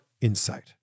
insight